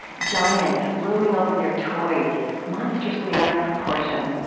giants looming over their toys, monstrously out of proportion.